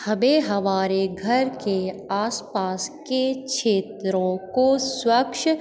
हमें हमारे घर के आस पास के क्षेत्रों को स्वच्छ